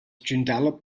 joondalup